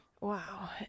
Wow